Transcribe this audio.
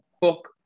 book